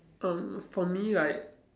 um for me like